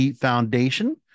Foundation